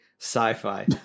sci-fi